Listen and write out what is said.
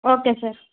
okay sir